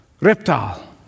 reptile